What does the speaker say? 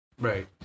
right